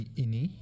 ini